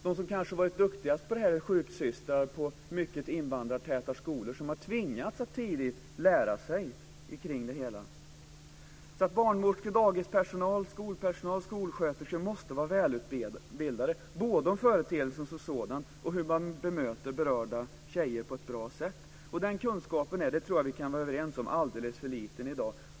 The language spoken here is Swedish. De som kanske varit duktigast på detta är sjuksystrar på mycket invandrartäta skolor som tidigt har tvingats att skaffa sig kunskaper om detta. Barnmorskor, dagispersonal, skolpersonal och skolsköterskor måste vara välutbildade, både om företeelsen som sådan och om hur man bemöter berörda tjejer på ett bra sätt. Och jag tror att vi kan vara överens om att den kunskapen är alldeles för liten i dag.